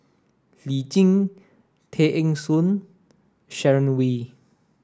Lee Tjin Tay Eng Soon Sharon Wee